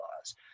laws